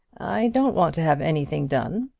i don't want to have anything done,